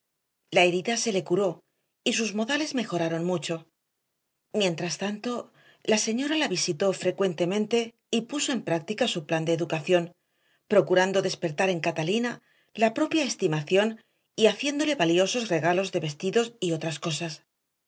la herida se le curó y sus modales mejoraron mucho mientras tanto la señora la visitó frecuentemente y puso en práctica su plan de educación procurando despertar en catalina la propia estimación y haciéndole valiosos regalos de vestidos y otras cosas